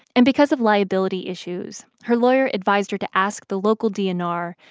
and because of liability issues, her lawyer advised her to ask the local dnr,